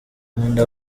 nkunda